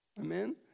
Amen